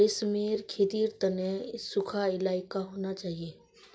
रेशमेर खेतीर तने सुखा इलाका होना चाहिए